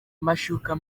amashuka